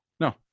No